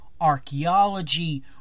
Archaeology